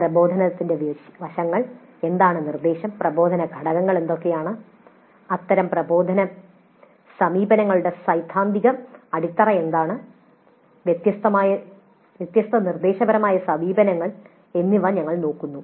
പ്രബോധനത്തിന്റെ വശങ്ങൾ എന്താണ് നിർദ്ദേശം പ്രബോധന ഘടകങ്ങൾ എന്തൊക്കെയാണ് അത്തരം പ്രബോധന സമീപനങ്ങളുടെ സൈദ്ധാന്തിക അടിത്തറ എന്തൊക്കെയാണ് വ്യത്യസ്ത നിർദ്ദേശപരമായ സമീപനങ്ങൾ എന്നിവ ഞങ്ങൾ നോക്കുന്നു